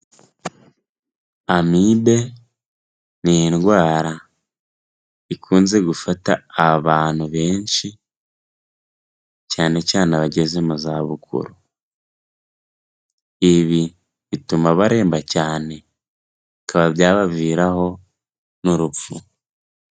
Amibe ni indwara ikunze gufata abantu benshi cyane cyane abageze mu za bukuru, ibi bituma baremba cyane bikaba byabaviraho n'urupfu.